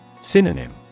Synonym